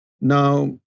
now